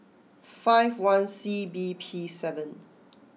five one C B P seven